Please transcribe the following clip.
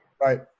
Right